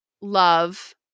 love